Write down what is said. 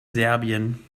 serbien